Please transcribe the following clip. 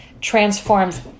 transforms